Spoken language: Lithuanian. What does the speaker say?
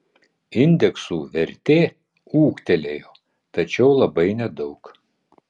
indeksų vertė ūgtelėjo tačiau labai nedaug